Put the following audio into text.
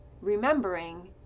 Remembering